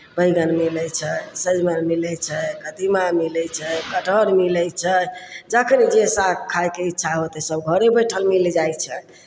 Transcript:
बैगन मिलै छै सजमनि मिलै छै कदीमा मिलै छै कटहर मिलै छै जखन जे साग खायके इच्छा होय तऽ सभ घरे बैठल मिल जाइ छै